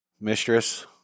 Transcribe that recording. mistress